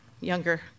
younger